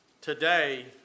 today